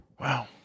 Wow